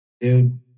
Dude